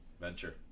venture